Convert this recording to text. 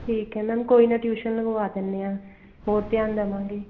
ਠੀਕ ਹੈ ਮੈਮ ਕੋਈ ਨਾ ਟਿਊਸ਼ਨ ਲਗਵਾ ਦਿੰਦੇ ਹਾਂ ਹੋਰ ਧਿਆਨ ਦੇਵਾਂਗੇ